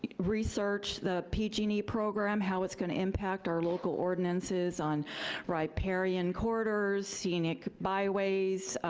research the pg and e program, how it's gonna impact our local ordinances, on riparian corridors, scenic byways,